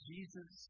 Jesus